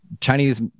Chinese